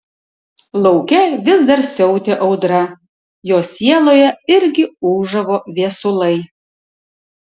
lauke vis dar siautė audra jo sieloje irgi ūžavo viesulai